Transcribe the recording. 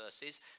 verses